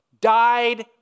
died